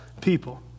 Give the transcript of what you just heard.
people